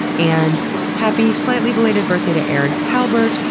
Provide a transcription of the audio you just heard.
and happy slightly belated birthday to erin talbert,